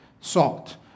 SALT